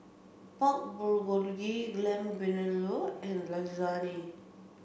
Pork Bulgogi Lamb Vindaloo and Lasagne